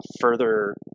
further